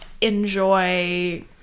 enjoy